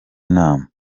inama